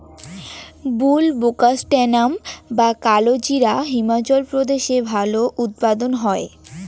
বুলবোকাস্ট্যানাম বা কালোজিরা হিমাচল প্রদেশে ভালো উৎপাদন হয়